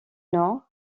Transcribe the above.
nord